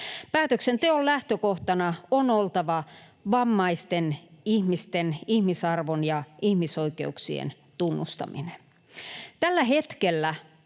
Päätöksenteon lähtökohtana on oltava vammaisten ihmisten ihmisarvon ja ihmisoikeuksien tunnustaminen. Tällä hetkellä